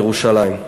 ירושלים.